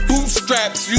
Bootstraps